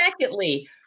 secondly